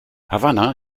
havanna